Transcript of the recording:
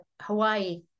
Hawaii